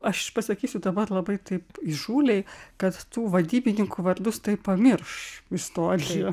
aš pasakysiu dabar labai taip įžūliai kad tų vadybininkų vardus tai pamirš istorija